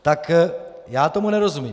Tak já tomu nerozumím.